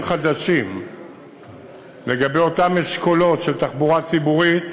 חדשים לגבי אותם אשכולות של תחבורה ציבורית,